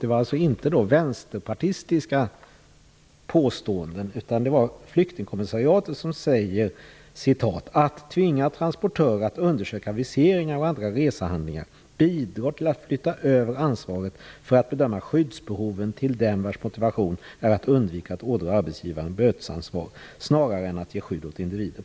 Det är alltså inga vänsterpartistiska påståenden, utan det är flyktingkommissariatet som säger: Att tvinga transportörer att undersöka visering av andra resehandlingar bidrar till att flytta över ansvaret för att bedöma skyddsbehoven till den vars motivation är att undvika att ådra arbetsgivaren bötesansvar snarare än att ge skydd åt individer.